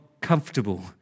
comfortable